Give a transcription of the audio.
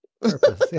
Purpose